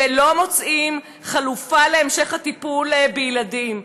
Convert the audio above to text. ולא מוצאים חלופה להמשך הטיפול בילדים?